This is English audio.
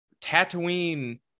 tatooine